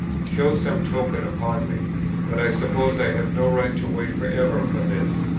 show some token upon me but i suppose i have no right to wait for ever for this.